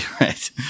Right